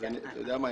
אתה יודע מה,